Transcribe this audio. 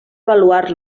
avaluar